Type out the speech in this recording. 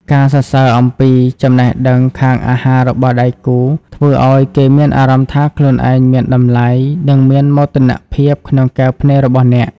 ការសរសើរអំពីចំណេះដឹងខាងអាហាររបស់ដៃគូ ធ្វើឱ្យគេមានអារម្មណ៍ថាខ្លួនឯងមានតម្លៃ និងមានមោទនភាពក្នុងភ្នែករបស់អ្នក។